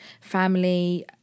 family